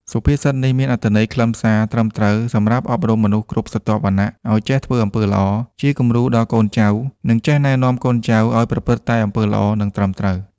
សុភាសិតនេះមានអត្ថន័យខ្លឹមសារ ត្រឹមត្រូវ សំរាប់អប់រំមនុស្សគ្រប់ស្រទាប់វណ្ណៈ ឲ្យចេះធ្វើអំពើល្អ ជាគំរូដល់កូនចៅ និងចេះណែនាំកូនចៅអោយប្រព្រឹត្តតែអំពើល្អ និងត្រឹមត្រូវ។